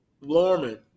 Lorman